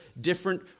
different